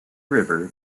river